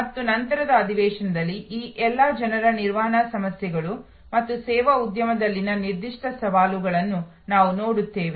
ಮತ್ತು ನಂತರದ ಅಧಿವೇಶನದಲ್ಲಿ ಈ ಎಲ್ಲ ಜನರ ನಿರ್ವಹಣಾ ಸಮಸ್ಯೆಗಳು ಮತ್ತು ಸೇವಾ ಉದ್ಯಮದಲ್ಲಿನ ನಿರ್ದಿಷ್ಟ ಸವಾಲುಗಳನ್ನು ನಾವು ನೋಡುತ್ತೇವೆ